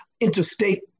interstate